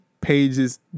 pages